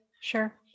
Sure